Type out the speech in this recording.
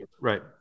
Right